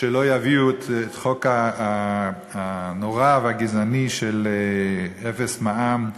שלא יביאו את החוק הנורא והגזעני של אפס מע"מ,